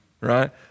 right